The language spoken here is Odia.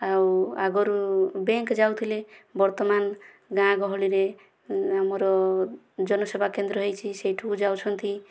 ଆଉ ଆଗରୁ ବ୍ୟାଙ୍କ ଯାଉଥିଲେ ବର୍ତମାନ ଗାଁ ଗହଳିରେ ଆମର ଜନସେବା କେନ୍ଦ୍ର ହୋଇଛି ସେଇଠୁକୁ ଯାଉଛନ୍ତି